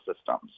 systems